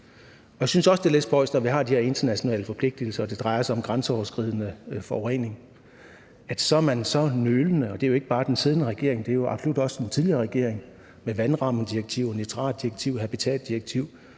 er lidt spøjst, at når vi har de her internationale forpligtelser og det drejer sig om grænseoverskridende forurening, så er man så nølende – og det er ikke bare den siddende regering, det er jo absolut også den tidligere regering med vandrammedirektivet og nitratdirektivet og habitatdirektivet.